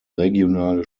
regionale